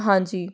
ਹਾਂਜੀ